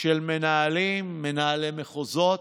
של מנהלים, מנהלי מחוזות,